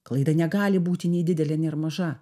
klaida negali būti nei didelė nei ir maža